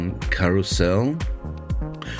Carousel